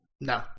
No